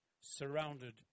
surrounded